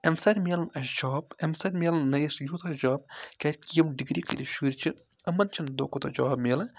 اَمہِ سۭتۍ میلن اَسہِ جاب اَمہِ سۭتۍ میلَن نٔیِس یوٗتھَس جاب کیٛازِ کہِ یِم ڈگری کٔرِتھ شُرۍ چھِ یِمَن چھِ نہٕ دۄہ کھۄتہٕ دۄہ جاب میلان